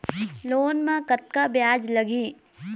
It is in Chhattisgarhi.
लोन म कतका ब्याज लगही?